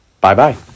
Bye-bye